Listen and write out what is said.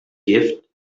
gift